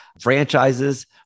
franchises